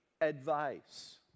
advice